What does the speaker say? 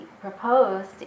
proposed